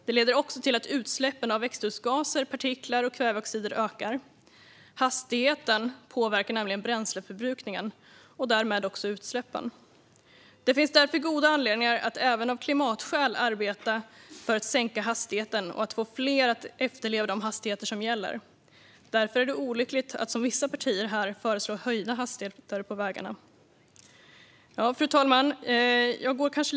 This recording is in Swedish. De leder också till att utsläppen av växthusgaser, partiklar och kväveoxider ökar. Hastigheten påverkar nämligen bränsleförbrukningen och därmed också utsläppen. Det finns därför goda anledningar att även av klimatskäl arbeta för att sänka hastigheten och få fler att efterleva de hastighetsbegränsningar som gäller. Därför är det olyckligt att som vissa partier gör föreslå höjda hastigheter på vägarna. Fru talman!